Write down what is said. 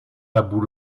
tabou